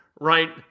Right